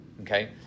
Okay